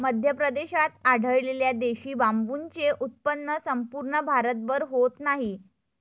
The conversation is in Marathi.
मध्य प्रदेशात आढळलेल्या देशी बांबूचे उत्पन्न संपूर्ण भारतभर होत नाही